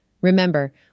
Remember